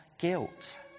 Guilt